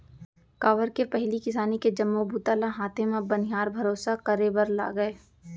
काबर के पहिली किसानी के जम्मो बूता ल हाथे म बनिहार भरोसा करे बर लागय